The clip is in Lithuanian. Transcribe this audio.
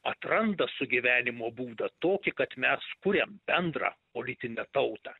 atranda sugyvenimo būdą tokį kad mes kuriam bendrą politinę tautą